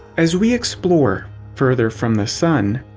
as we explore further from the sun,